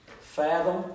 fathom